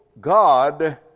God